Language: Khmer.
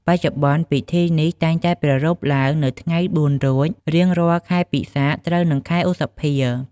បច្ចុប្បន្នពិធីនេះតែងតែប្រារព្ធឡើងនៅថ្ងៃ ៤រោច រៀងរាល់ខែពិសាខ ត្រូវនឹងខែឧសភា។